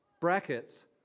Brackets